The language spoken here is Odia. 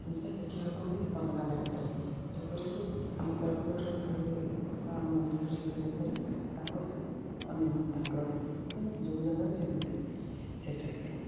ଦେଖିବାକୁ ବି ଅଲଗା ଲାଗିଥାଏ ଯେପରିକି ଆମ କୋରାପୁଟର ଶୈଳୀ ବା ଆମ ଓଡ଼ିଶାର ଶୈଳୀ ଯେପରି ତାଙ୍କର ସେ ଅନ୍ୟ ତାଙ୍କର ଯେଉଁ ଜାଗାରେ ଯେମିତି ସେଇ ଟାଇପ୍ର